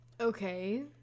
okay